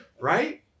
Right